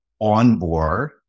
onboard